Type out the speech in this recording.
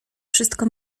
wszystko